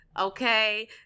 okay